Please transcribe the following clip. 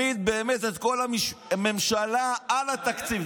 באמת העמיד את כל הממשלה על התקציב.